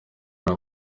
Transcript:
ari